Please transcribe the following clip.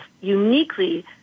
uniquely